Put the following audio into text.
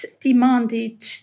demanded